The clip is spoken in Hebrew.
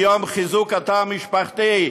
כיום חיזוק התא המשפחתי,